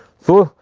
so,